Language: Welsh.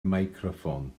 meicroffon